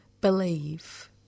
Believe